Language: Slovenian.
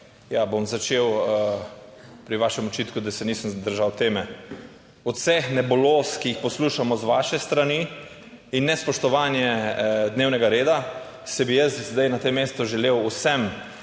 Ja, bom začel pri vašem očitku, da se nisem držal teme. Od vseh nebuloz, ki jih poslušamo z vaše strani in nespoštovanje dnevnega reda, se bi jaz zdaj na tem mestu želel vsem